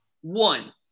One